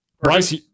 Bryce